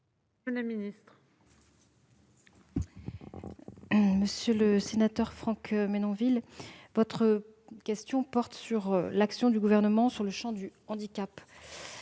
Monsieur le sénateur Franck Menonville, votre question porte sur l'action du Gouvernement dans le champ du handicap.